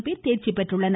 பேர் தேர்ச்சி பெற்றுள்ளனர்